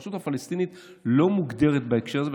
הרשות הפלסטינית לא מוגדרת בהקשר הזה,